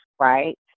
right